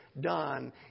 done